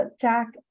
Jack